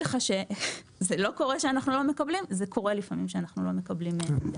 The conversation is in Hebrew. קורה לפעמים שאנחנו לא מקבלים מידע.